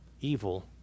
evil